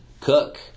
Cook